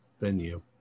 venue